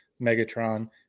Megatron